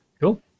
Cool